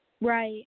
Right